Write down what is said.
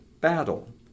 battle